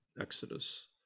Exodus